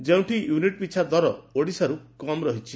ଯେଉଁଠି ୟୁନିଟ ପିଛା ଦର ଓଡ଼ିଶାଠୁ କମ୍ ରହିଛି